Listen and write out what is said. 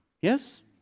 Yes